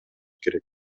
керек